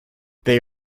they